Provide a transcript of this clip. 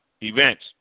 events